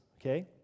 okay